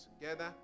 together